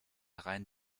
rein